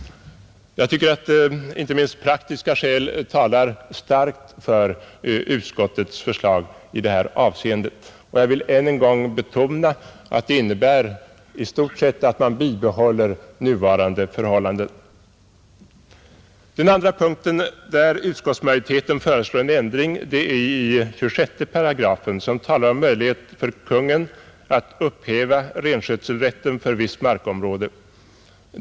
Jag tycker att inte minst praktiska skäl talar starkt för utskottsmajoritetens förslag i det avseendet, och jag vill än en gång betona att det i stort sett innebär att man bibehåller nuvarande förhållanden, Den andra punkt där utskottsmajoriteten föreslår en ändring är i 26 §, som talar om möjlighet för Konungen att upphäva renskötselrätten för visst markområde.